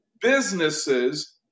businesses